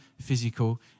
physical